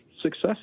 success